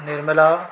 Nirmala